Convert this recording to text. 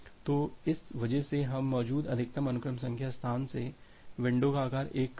तो इस वजह से हम मौजूद अधिकतम अनुक्रम संख्या स्थान से विंडो का आकार 1 कम रखते हैं